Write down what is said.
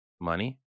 money